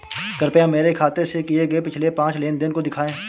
कृपया मेरे खाते से किए गये पिछले पांच लेन देन को दिखाएं